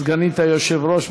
סגנית היושב-ראש,